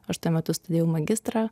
aš tuo metu studijavau magistrą